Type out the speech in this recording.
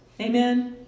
Amen